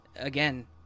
Again